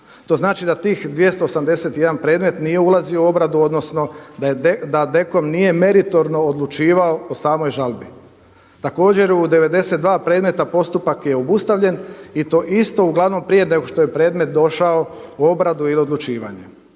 To znači da tih 281 predmet nije ulazio u obradu, odnosno da DKOM nije meritorno odlučivao o samoj žalbi. Također u 92 predmeta postupak je obustavljen i to isto uglavnom prije nego što je predmet došao u obradu i odlučivanje.